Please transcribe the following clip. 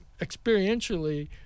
experientially